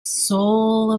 soul